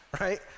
right